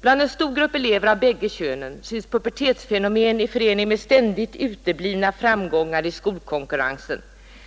Bland en stor grupp elever av bägge könen syns pubertetsfenomen i förening med ständigt uteblivna framgångar i skolkonkurrensen